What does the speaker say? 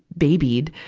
babied.